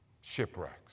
shipwrecks